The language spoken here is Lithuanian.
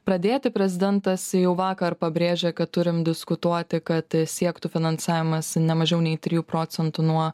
pradėti prezidentas jau vakar pabrėžė kad turim diskutuoti kad siektų finansavimas ne mažiau nei trijų procentų nuo